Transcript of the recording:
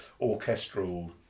orchestral